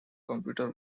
computer